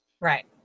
Right